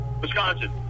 Wisconsin